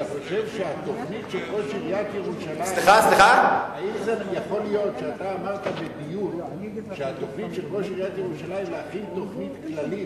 שהתוכנית של ראש עיריית ירושלים להכין תוכנית כללית,